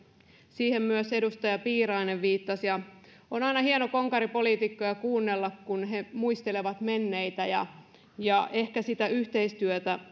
siihen myös edustaja piirainen viittasi ja on aina hienoa konkaripoliitikkoja kuunnella kun he muistelevat menneitä ehkä sitä yhteistyötä